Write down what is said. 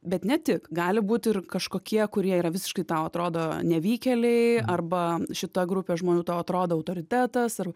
bet ne tik gali būti ir kažkokie kurie yra visiškai tau atrodo nevykėliai arba šita grupė žmonių tau atrodo autoritetas ar